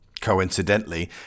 coincidentally